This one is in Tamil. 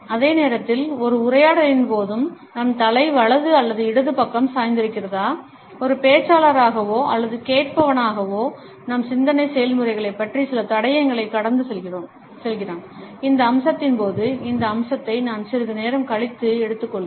அதே நேரத்தில் ஒரு உரையாடலின் போது நம் தலை வலது அல்லது இடது பக்கம் சாய்ந்திருக்கிறதா ஒரு பேச்சாளராகவோ அல்லது கேட்பவனாகவோ நம் சிந்தனை செயல்முறைகளைப் பற்றிய சில தடயங்களை கடந்து செல்கிறான் இந்த அம்சத்தின் போது இந்த அம்சத்தை நான் சிறிது நேரம் கழித்து எடுத்துக்கொள்வேன்